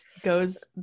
goes